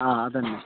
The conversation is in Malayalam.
ആ അതുതന്നെ